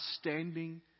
standing